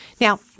Now